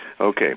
okay